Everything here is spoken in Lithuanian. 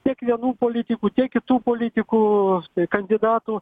tiek vienų politikų tiek kitų politikų kandidatų